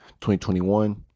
2021